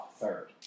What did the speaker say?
third